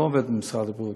הוא לא עובד במשרד הבריאות,